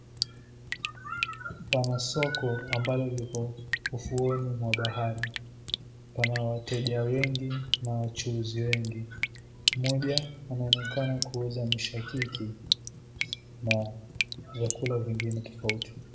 Pana soko ambalo liko ufuoni mwa bahari. Pana wateja wengi na wachuuzi wengi. Mmoja anaonekana kuuza mishakiki na vyakula vingine tofauti.